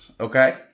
Okay